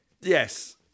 Yes